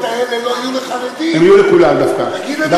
אני חושב שלא נספיק להיערך לכך השנה, אבל